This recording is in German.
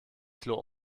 klo